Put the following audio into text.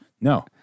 No